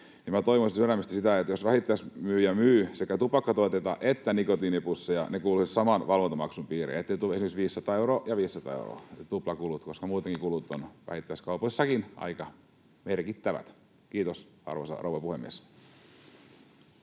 toivoisin sydämestäni sitä, että jos vähittäismyyjä myy sekä tupakkatuotteita että nikotiinipusseja, ne kuuluisivat saman valvontamaksun piiriin, ettei tule esimerkiksi 500:aa euroa ja 500:aa euroa, tuplakuluja, koska muutenkin kulut ovat vähittäiskaupoissakin aika merkittävät. — Kiitos, arvoisa rouva puhemies.